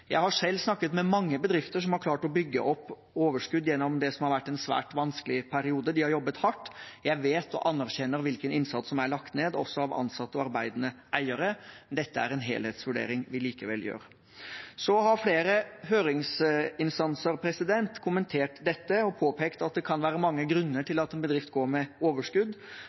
Jeg har selv snakket med mange bedrifter som har klart å bygge opp overskudd gjennom det som har vært en svært vanskelig periode. De har jobbet hardt, og jeg vet og anerkjenner hvilken innsats som er lagt ned, også av ansatte og arbeidende eiere. Dette er en helhetsvurdering vi likevel gjør. Flere høringsinstanser har kommentert dette og påpekt at det kan være mange grunner til at en bedrift går med overskudd,